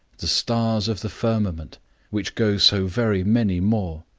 the stars of the firmament which go so very many more,